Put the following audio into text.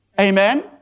Amen